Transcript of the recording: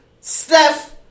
Steph